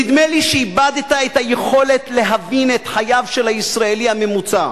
נדמה לי שאיבדת את היכולת להבין את חייו של הישראלי הממוצע,